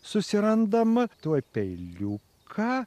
susirandam tuo peiliuką